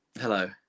Hello